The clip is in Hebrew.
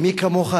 ומי כמוך,